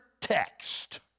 text